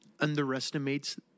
underestimates